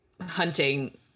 hunting